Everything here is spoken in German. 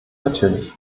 natürlich